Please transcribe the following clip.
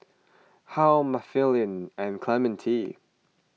Harl Mathilde and Clemente